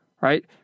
Right